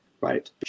right